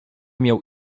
miał